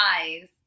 eyes